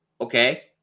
okay